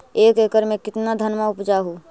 एक एकड़ मे कितना धनमा उपजा हू?